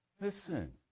Listen